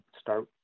start